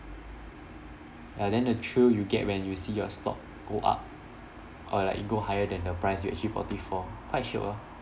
ya then the thrill you get when you see your stock go up or like go higher than the price you actually bought it for quite shiok ah